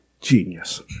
genius